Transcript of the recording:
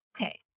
okay